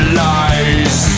lies